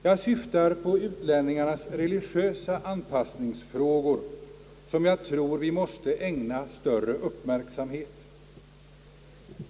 Jag syftar på utlänningarnas religiösa anpassningsfrågor som jag tror att vi måste ägna större uppmärksamhet.